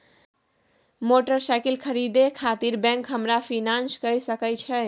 Motorcycle खरीदे खातिर bank हमरा फिनांस कय सके छै?